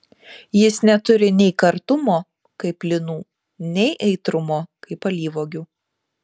jis neturi nei kartumo kaip linų nei aitrumo kaip alyvuogių